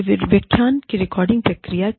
यह व्याख्यान की रिकॉर्डिंग प्रक्रिया है